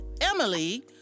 Emily